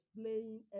playing